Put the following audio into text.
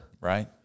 Right